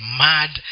mad